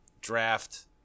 draft